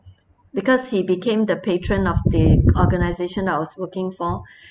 because he became the patron of the organization I was working for